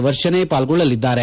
ವರ್ಷನೆ ಪಾಲ್ಗೊಳ್ಳಲಿದ್ದಾರೆ